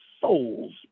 souls